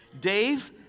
Dave